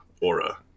aura